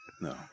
No